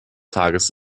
tages